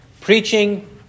preaching